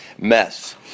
mess